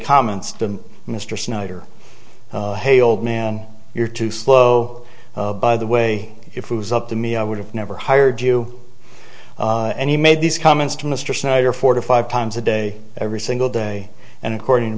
comments to mr snyder hey old man you're too slow by the way if was up to me i would have never hired you and he made these comments to mr snyder four to five times a day every single day and according to